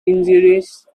injuries